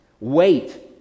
Wait